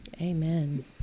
Amen